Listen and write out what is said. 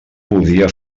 podia